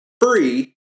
free